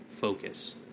focus